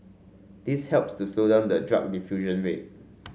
this helps to slow down the drug diffusion rate